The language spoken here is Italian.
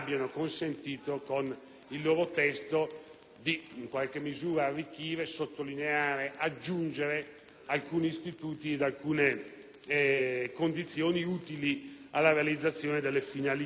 con il loro testo di arricchire, sottolineare, aggiungere alcuni istituti e alcune condizioni utili alla realizzazione delle finalità che il Trattato prefigura